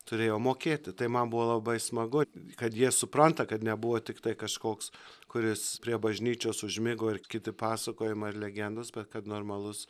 turėjo mokėti tai man buvo labai smagu kad jie supranta kad nebuvo tiktai kažkoks kuris prie bažnyčios užmigo ir kiti pasakojimai ir legendos bet kad normalus